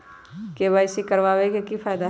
KYC करवाबे के कि फायदा है?